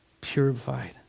purified